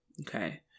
Okay